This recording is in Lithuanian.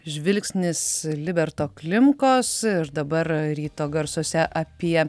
žvilgsnis liberto klimkos dabar ryto garsuose apie